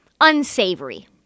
unsavory